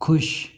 खुश